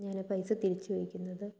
ഞാൻ ഈ പൈസ തിരിച്ചു ചോദിക്കുന്നത്